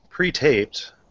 pre-taped